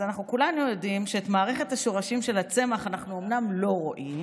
אז אנחנו כולנו יודעים שאת מערכת השורשים של הצמח אנחנו אומנם לא רואים,